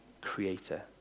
creator